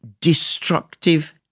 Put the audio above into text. destructive